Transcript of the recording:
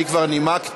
אני כבר נימקתי,